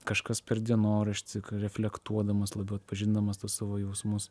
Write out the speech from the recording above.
kažkas per dienoraštį reflektuodamas labiau atpažindamas tuos savo jausmus